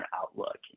outlook